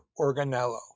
organello